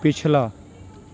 ਪਿਛਲਾ